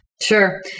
Sure